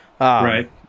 Right